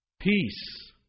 Peace